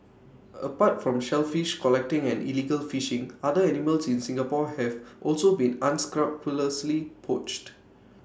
apart from shellfish collecting and illegal fishing other animals in Singapore have also been unscrupulously poached